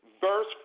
Verse